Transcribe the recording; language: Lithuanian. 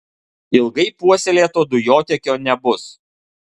ilgai puoselėto dujotiekio nebus